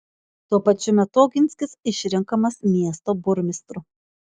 tuo pačiu metu oginskis išrenkamas miesto burmistru